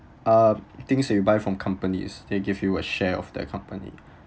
uh things that you buy from companies they give you a share of the company